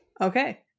Okay